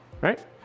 right